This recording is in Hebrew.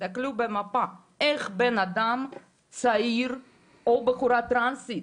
תסתכלו במפה, איך בן אדם צעיר, או בחורה טרנסית,